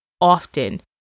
often